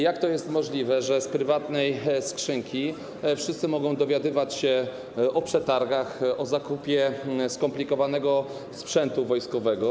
Jak to jest możliwe, że z maili z prywatnej skrzynki wszyscy mogą dowiadywać się o przetargach, o zakupie skomplikowanego sprzętu wojskowego?